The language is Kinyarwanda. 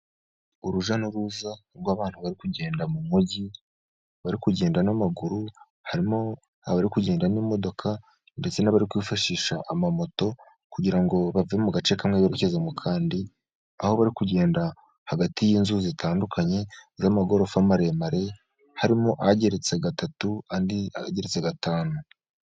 Uruja n'uruza rw'abantu bari kugenda mu mujyi bari kugenda n'amaguru harimo abari kugenda n'imodoka. Ndetse n'abari kwifashisha amamoto kugira ngo bave mu gace kamwe berekeze mukandi, aho bari kugenda hagati y'inzu zitandukanye z'amagorofa maremare, harimo ahageretse gatatu andi agereritse gatanu.